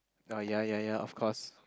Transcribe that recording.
ah ya ya ya of course